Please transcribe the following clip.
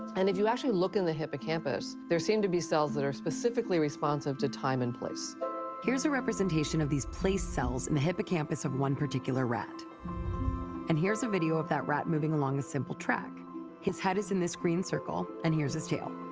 and if you actually look in the hippocampus there seem to be cells that are specifically responsive to time and place here's a representation of these place cells in the hippocampus of one particular rat and here's a video of that rat moving along a simple track his head is in this green circle, and here's his tail.